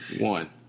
One